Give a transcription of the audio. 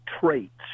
traits